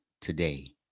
today